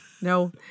No